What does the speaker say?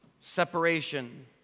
separation